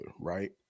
right